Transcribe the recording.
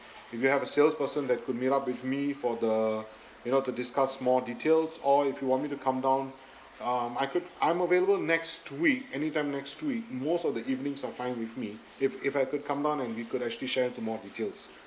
if you have a sales person that could meet up with me for the you know to discuss more details or if you want me to come down um I could I'm available next week anytime next week most of the evenings are fine with me if if I could come down and we could actually share into more details